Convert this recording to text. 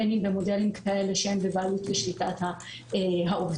בין אם במודלים כאלה שהם בבעלות ושליטת העובדים,